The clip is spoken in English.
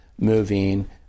moving